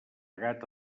gata